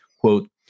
quote